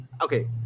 Okay